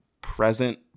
present